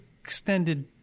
extended